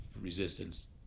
resistance